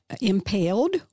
impaled